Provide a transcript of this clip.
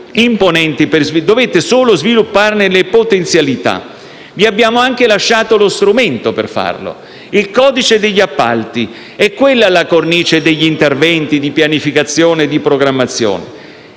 imponenti: dovete solo svilupparne le potenzialità. Vi abbiamo anche lasciato lo strumento per farlo: il codice degli appalti. È quella la cornice degli interventi di pianificazione e programmazione.